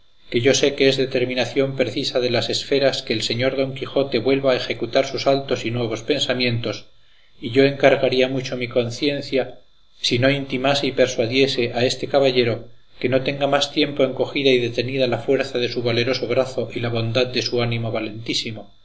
que yo sé que es determinación precisa de las esferas que el señor don quijote vuelva a ejecutar sus altos y nuevos pensamientos y yo encargaría mucho mi conciencia si no intimase y persuadiese a este caballero que no tenga más tiempo encogida y detenida la fuerza de su valeroso brazo y la bondad de su ánimo